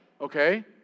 okay